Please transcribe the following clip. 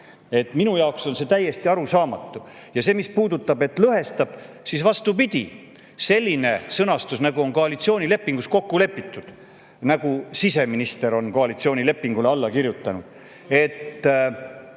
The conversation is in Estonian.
Minu jaoks on see täiesti arusaamatu. Mis puudutab seda, et lõhestab, siis on vastupidi. Selline sõnastus, nagu on koalitsioonilepingus kokku lepitud – siseminister on ju koalitsioonilepingule alla kirjutanud –, et